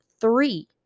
three